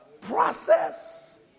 process